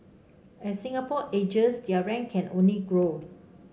as Singapore ages their rank can only grow